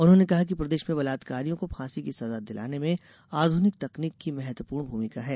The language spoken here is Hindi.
उन्होने कहा कि प्रदेश में बलात्कारियों को फाँसी की सजा दिलाने में आध्रनिक तकनीक की महत्वपूर्ण भूमिका है